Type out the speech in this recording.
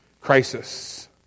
crisis